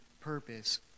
purpose